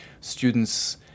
students